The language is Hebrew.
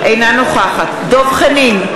אינה נוכחת דב חנין,